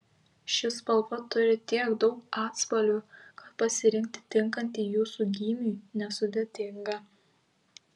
ši spalva turi tiek daug atspalvių kad pasirinkti tinkantį jūsų gymiui nesudėtinga